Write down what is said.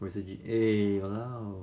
basically eh !walao!